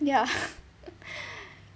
ya